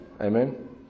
Amen